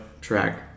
track